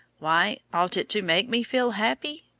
why ought it to make me feel happy?